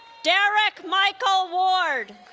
derek michael ward